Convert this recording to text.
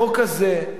החוק הזה,